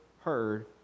heard